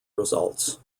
results